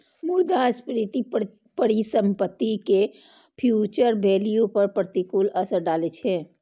मुद्रास्फीति परिसंपत्ति के फ्यूचर वैल्यू पर प्रतिकूल असर डालै छै